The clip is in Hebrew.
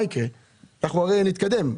אנחנו הרי נתקדם.